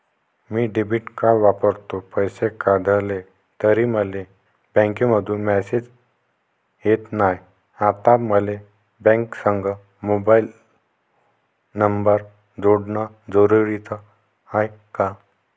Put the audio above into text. मी debit card वापरतो, पैसे काढले तरी मले बँकेमंधून मेसेज येत नाय, आता मले बँकेसंग मोबाईल नंबर जोडन जरुरीच हाय का?